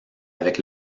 avec